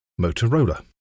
Motorola